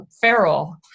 feral